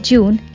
June